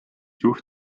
juht